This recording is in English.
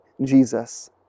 Jesus